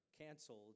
canceled